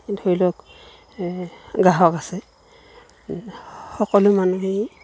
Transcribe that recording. ধৰি লওক গ্ৰাহক আছে সকলো মানুহেই